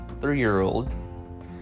three-year-old